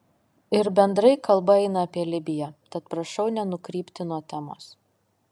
ir bendrai kalba eina apie libiją tad prašau nenukrypti nuo temos